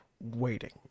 waiting